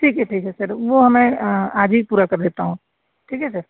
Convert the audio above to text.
ठीक है ठीक है सर वो हमें आज ही पूरा कर देता हूँ ठीक है सर